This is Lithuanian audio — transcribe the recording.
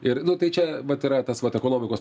ir nu tai čia vat yra tas vat ekonomikos